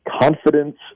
Confidence